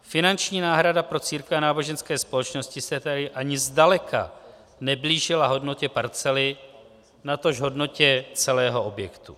Finanční náhrada pro církve a náboženské společnosti se tedy ani zdaleka neblížila hodnotě parcely, natož hodnotě celého objektu.